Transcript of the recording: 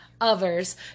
others